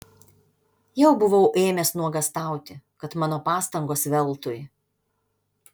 jau buvau ėmęs nuogąstauti kad mano pastangos veltui